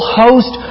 host